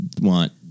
want